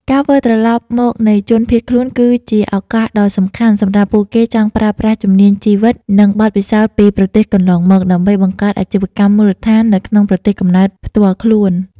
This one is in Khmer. ការវិលត្រឡប់មកនៃជនភៀសខ្លួនគឺជាឱកាសដ៏សំខាន់សម្រាប់ពួកគេចង់ប្រើប្រាស់ជំនាញជីវិត និងបទពិសោធន៍ពីប្រទេសកន្លងមក ដើម្បីបង្កើតអាជីវកម្មមូលដ្ឋាននៅក្នុងប្រទេសកំណើតផ្ទាល់ខ្លួន។